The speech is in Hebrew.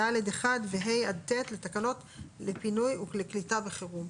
(ד)(1) ו-(ה) עד (ט) לתקנות לפינוי ולקליטה בחירום.